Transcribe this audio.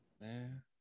Man